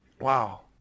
wow